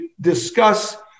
discuss